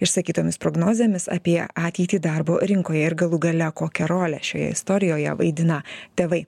išsakytomis prognozėmis apie ateitį darbo rinkoje ir galų gale kokią rolę šioje istorijoje vaidina tėvai